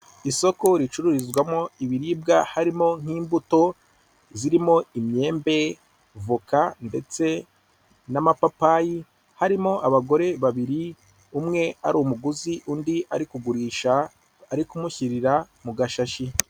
Isoko ricururizwamo ibiribwa harimo nk'imbuto, zirimo imyembe, voka ndetse n'amapapayi, harimo abagore babiri, umwe ari umuguzi undi ari kugurisha, ari kumushyirira mu gashashi.